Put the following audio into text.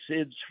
Sid's